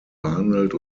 behandelt